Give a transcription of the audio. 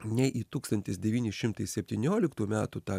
nei į tūkstantis devyni šimtai septynioliktų metų tą